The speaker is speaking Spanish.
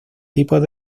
tipos